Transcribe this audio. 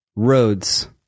roads